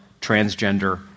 transgender